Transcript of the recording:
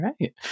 right